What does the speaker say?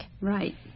Right